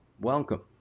Welcome